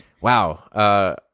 Wow